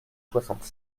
soixante